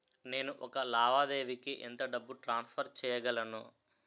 నేను ఒక లావాదేవీకి ఎంత డబ్బు ట్రాన్సఫర్ చేయగలను?